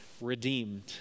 redeemed